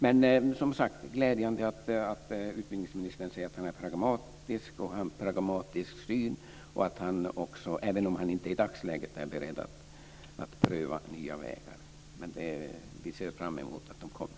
Det är glädjande att utbildningsministern säger att han är pragmatisk, även om han i dagsläget inte är beredd att pröva nya vägar. Vi ser fram emot att de kommer.